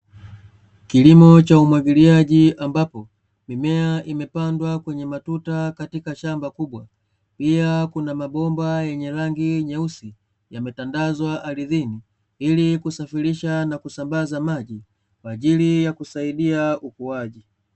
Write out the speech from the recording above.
Kilimo cha umwagiliaji ambapo mimea imepandwa kwenye matuta katika shamba kubwa, pia kuna mabomba yenye rangi nyeusi yametandazwa ardhini, ili kusafirisha na kusambaza maji kwa ajili ya kusaidia ukuaji.